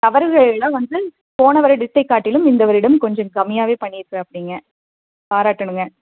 தவறுகள் எல்லாம் வந்து போன வருடத்தைக் காட்டிலும் இந்த வருடம் கொஞ்சம் கம்மியாகவே பண்ணிருக்கறாப்பிடிங்க பாராட்டணுங்க